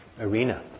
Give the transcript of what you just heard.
arena